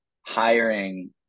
hiring